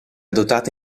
dotata